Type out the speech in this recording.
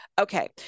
Okay